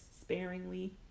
sparingly